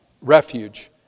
refuge